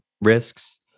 risks